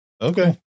Okay